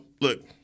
look